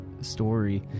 story